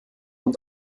und